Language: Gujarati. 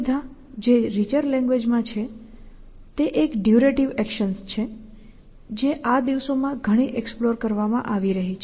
બીજી સુવિધા જે રીચર લેંગ્વેજ માં છે તે એક ડ્યૂરેટિવ એક્શન્સ છે જે આ દિવસો માં ઘણી એક્સપ્લોર કરવામાં આવી રહી છે